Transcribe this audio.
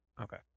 Okay